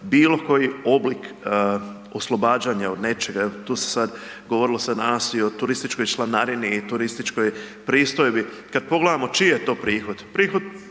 bilo koji oblik oslobađanja od nečega jer tu se sad govorilo se danas i o turističkoj članarini i turističkoj pristojbi. Kad pogledamo čiji je to prihod?